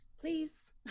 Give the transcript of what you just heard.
please